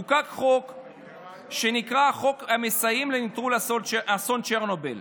חוק שנקרא "חוק המסייעים לנטרול אסון צ'רנוביל".